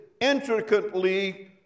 intricately